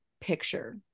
picture